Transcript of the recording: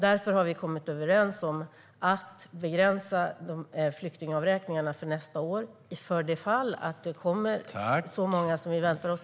Vi har därför kommit överens om att begränsa flyktingavräkningarna för nästa år till 30 procent, utifall att det kommer så många som vi förväntar oss.